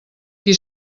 qui